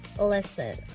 Listen